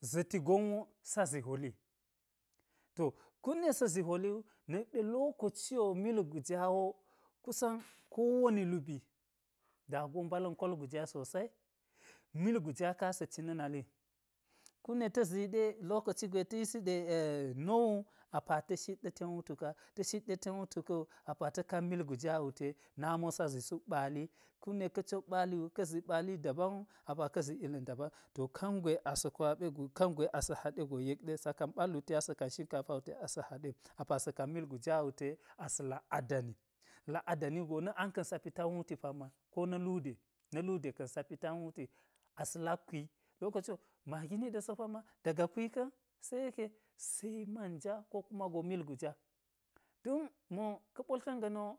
Za̱ti gon sa zi hwoli, to kumɗe sa̱ zi hwoli, wu na̱k ɗe lokoci wo mil guja wo kusan kowoni lubi da go mbala̱n kol guja sosai, mil guja ka̱n asa̱ ci na̱ nali kume ta zi yi ɗe lokoci gwe ta̱ yisi ɗe-nowu apa ta̱ shit ɗa̱ ten wutuka, ta̱ shit ɗa̱ ten wutu ka̱wu, apa ta kan mil guja wute nami sa zi suk ɓali kume ka̱ cok ɓali wu ka zi ɓali dabam apaka̱ zi illa̱n dabam to kangwe asa̱ kwaɓe go kangwe asa̱ haɗe go yek ɗe sa kan ɓal wu te asa̱ kan shinkafa wute asa haɗe apa sa̱ kan mil giya wute asa̱ lak adani, lakadani wugo na̱ ang ka̱n sa̱ mitsi wuti pamma ko na̱ lude, na lude ka̱n sa pita wuti, asa̱ lak kwi lokoci-magi niɗa̱ so pamma, da ga kwi ka̱n se yeke se manja ko kuma go mil guja, don mo ka̱ ɓotlkan gama̱n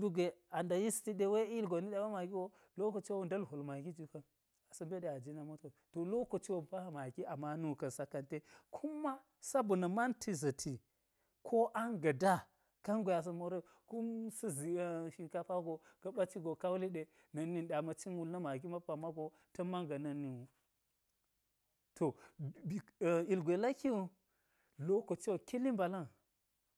lugwe ada yisti ɗe we ilgon ni ɗa we mago go lokoci wo wunda̱l hwol magi ju ka̱n asa mbe ɗe aji na moto, to lokoci wo ba magi ama nuka̱n sa ka̱n te, kuma sabona̱ mant za̱ti, ko ang ga̱ da, kangwe asa̱ more wu, kum sa̱ zi shinkafa wugo ka ɓa cigo ka wuli ɗe na̱k nin ɗe a ma̱ cin wul na magi ma pammago ta̱m man ga̱ na̱k nin wu, to ilgwe laki wu, lokoci wo kili mbala̱n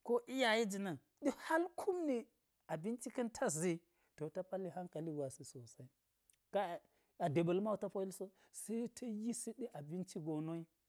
ko iyaye jina̱n, ɗe hal kume abinci ka̱n ta zi to ta palli hankali gwasi sosai, kai-a deɓal mawu to po yil so se ta̱ yisi ɗe abinci go nowi.